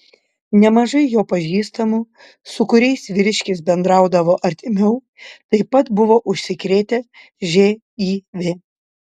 nemažai jo pažįstamų su kuriais vyriškis bendraudavo artimiau taip pat buvo užsikrėtę živ